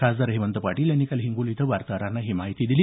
खासदार हेमंत पाटील यांनी काल हिंगोली इथं वार्ताहरांना ही माहिती दिली